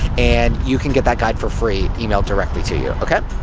and you can get that guide for free, emailed directly to you, ok?